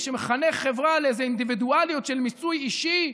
שמחנך חברה לאיזו אינדיבידואליות של מיצוי אישי,